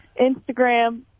Instagram